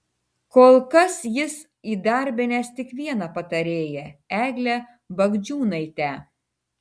kol kas jis įdarbinęs tik vieną patarėją eglę bagdžiūnaitę